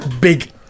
big